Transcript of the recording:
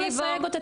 לא לסייג אותה,